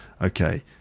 okay